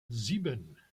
sieben